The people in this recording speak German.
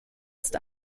ist